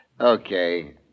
Okay